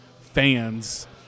fans